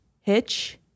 Hitch